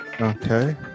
Okay